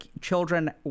children